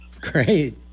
Great